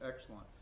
excellent